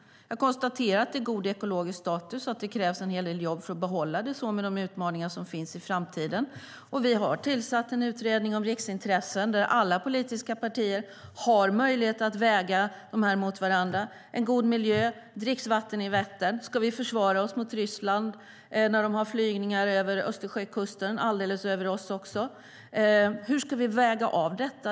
Jag konstaterar att det är en god ekologisk status och att det krävs en hel del jobb för att behålla den med de utmaningar som finns i framtiden. Vi har tillsatt en utredning om riksintressen där alla politiska partier har möjlighet att väga dem mot varandra. Det handlar om en god miljö och dricksvatten i Vättern. Ska vi försvara oss mot Ryssland när de har flygningar över Östersjökusten och alldeles över oss också? Hur ska vi väga av detta?